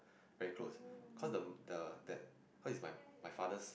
very close cause the the that cause is my my father's